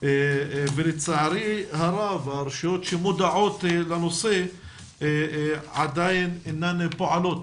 ולצערי הרב הרשויות שמודעות לנושא עדיין אינן פועלות